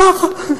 ככה.